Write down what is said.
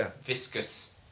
viscous